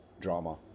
drama